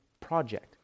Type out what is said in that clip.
project